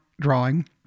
drawing